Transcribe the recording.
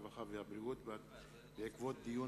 הרווחה והבריאות בעקבות דיון